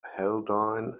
haldane